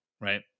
Right